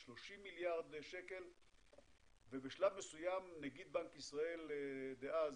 30 מיליארד לשקל ובשלב מסוים נגיד בנק ישראל דאז